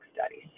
studies